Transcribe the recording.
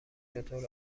چطور